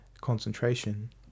concentration